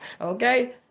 Okay